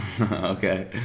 okay